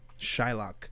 Shylock